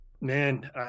man